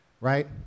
right